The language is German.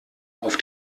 auf